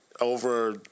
Over